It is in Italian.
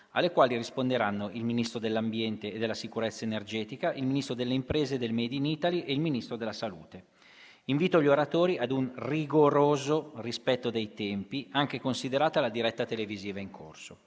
alle quali risponderanno il Ministro dell'ambiente e della sicurezza energetica, il Ministro delle imprese e del *made in Italy* e il Ministro della salute. Invito gli oratori ad un rigoroso rispetto dei tempi, considerata la diretta televisiva in corso.